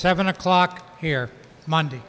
seven o'clock here monday